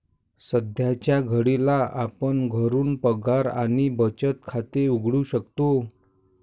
सध्याच्या घडीला आपण घरून पगार आणि बचत खाते उघडू शकतो